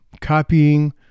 copying